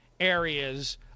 areas